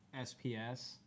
SPS